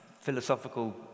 philosophical